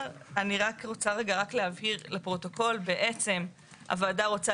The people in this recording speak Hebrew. אני רוצה להבהיר לפרוטוקול שהוועדה רוצה